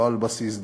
לא על בסיס דתי,